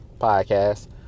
podcast